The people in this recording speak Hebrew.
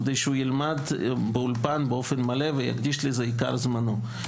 כדי שהוא ילמד באולפן באופן מלא ויקדיש לזה עיקר זמנו.